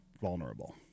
vulnerable